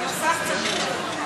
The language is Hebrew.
ולאט-לאט הייתה הבנה שזו הדרך,